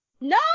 No